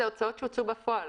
זה הוצאות שהוצאו בפועל,